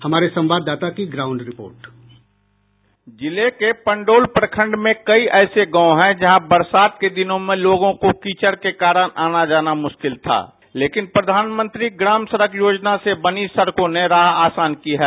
हमारे संवाददाता की ग्राउंड रिपोर्ट मधुबनी संवाददाता की रिपोर्ट जिले के पंडौल प्रखंड में कई ऐसे गांव हैं जहां वरसात के दिनों में लोगों का कीचड के कारण आना जाना मुश्किल था लेकिन प्रधानमंत्री ग्राम सडक योजना से बनी सडकों ने राह आसान की है